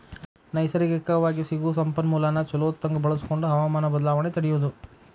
ನೈಸರ್ಗಿಕವಾಗಿ ಸಿಗು ಸಂಪನ್ಮೂಲಾನ ಚುಲೊತಂಗ ಬಳಸಕೊಂಡ ಹವಮಾನ ಬದಲಾವಣೆ ತಡಿಯುದು